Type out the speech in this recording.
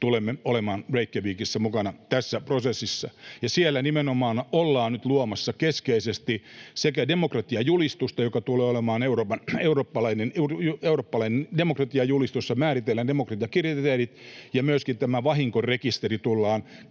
tulemme sitten olemaan Reykjavikissa mukana tässä prosessissa. Siellä nimenomaan ollaan nyt luomassa keskeisesti demokratiajulistusta, joka tulee olemaan eurooppalainen demokratiajulistus, jossa määritellään demokratian kriteerit, ja myöskin tämä vahinkorekisteri tullaan